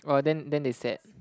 or then then they said